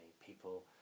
...people